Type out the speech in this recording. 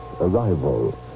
arrival